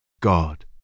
God